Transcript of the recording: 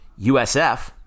USF